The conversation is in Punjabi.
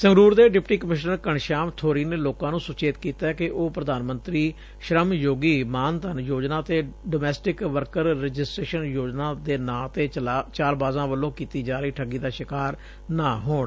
ਸੰਗਰੂਰ ਦੇ ਡਿਪਟੀ ਕਮਿਸ਼ਨਰ ਘਣਸ਼ਿਆਮ ਬੋਰੀ ਨੇ ਲੋਕਾ ਨੂੰ ਸੁਚੇਤ ਕੀਤੈ ਕਿ ਉਹ ਪ੍ਰਧਾਨ ਮੰਤਰੀ ਸ੍ਰਮ ਯੋਗੀ ਮਾਨ ਧਨ ਯੋਜਨਾ ਅਤੇ ਡੋਮੈਸਟਿਕ ਵਰਕਰ ਰਜਿਸ਼ਟਰੇਸ਼ਨ ਯੋਜਨਾ ਦੇ ਨਾਂ ਤੇ ਚਾਲਬਾਜ਼ਾਂ ਵੱਲੋ ਕੀਤੀ ਜਾ ਰਹੀ ਠੱਗੀ ਦਾ ਸ਼ਿਕਾਰ ਨਾ ਹੋਣ